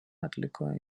atliko